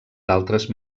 d’altres